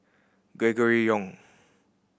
Gregory Yong